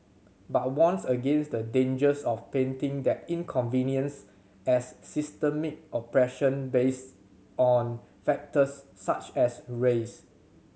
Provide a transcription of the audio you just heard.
but warns against the dangers of painting that inconvenience as systemic oppression based on factors such as race